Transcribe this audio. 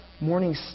morning